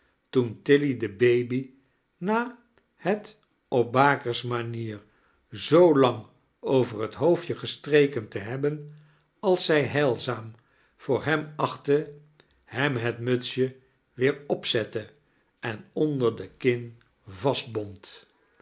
toen tilly de baby na het op bakers manier zoo lang over het hoofdje gestreken te hebben als zij heilzaam voor hem achtte hem het mutsje weer opzette en onder de kin